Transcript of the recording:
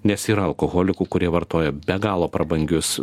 nes yra alkoholikų kurie vartoja be galo prabangius